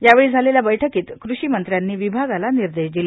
यावेळी झालेल्या बैठकीत कृषिमंत्र्यांनी विभागाला निर्देश दिले